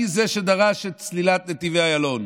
מי זה שדרש את סלילת נתיבי איילון?